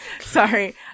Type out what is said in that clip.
sorry